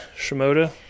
Shimoda